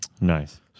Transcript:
Nice